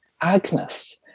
Agnes